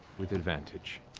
with advantage.